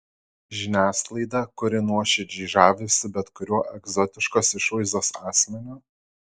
žiniasklaidą kuri nuoširdžiai žavisi bet kuriuo egzotiškos išvaizdos asmeniu